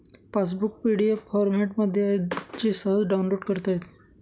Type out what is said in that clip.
passbook PDF फॉरमॅटमध्ये आहे जे सहज डाउनलोड करता येते